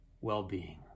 well-being